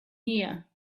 here